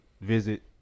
visit